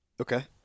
Okay